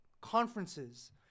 conferences